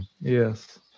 yes